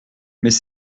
mais